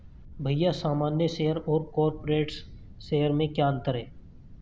भैया सामान्य शेयर और कॉरपोरेट्स शेयर में क्या अंतर है?